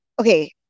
Okay